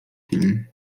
film